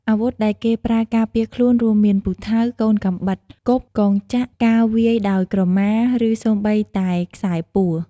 អាវុធដែលគេប្រើការពារខ្លួន រួមមាន ពូថៅ កូនកាំបិតគប់ កងចក្រ ការវាយដោយក្រមា ឬសូម្បីតែខ្សែពួរ។